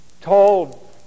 told